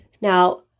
Now